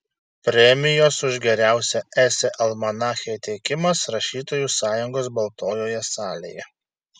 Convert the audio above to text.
premijos už geriausią esė almanache įteikimas rašytojų sąjungos baltojoje salėje